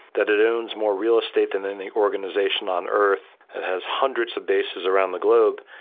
that it owns more real estate than any organization on earth, it has hundreds of bases around the globe,